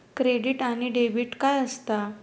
Credit आणि debit काय असता?